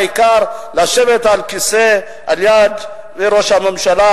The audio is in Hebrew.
העיקר לשבת על הכיסא על יד ראש הממשלה.